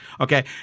Okay